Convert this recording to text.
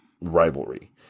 rivalry